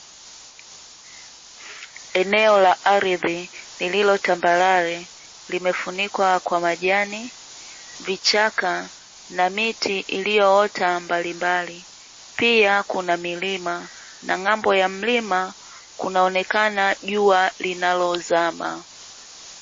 Eneo la ardhi lililotambarare limefunikwa kwa majani, vichaka na miti iliyoota mbalimbali. Piia kuna milima na ng'ambo ya mlima kunaonekana jua linalozama.